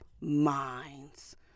minds